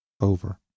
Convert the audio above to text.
over